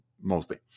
mostly